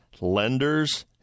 lenders